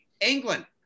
England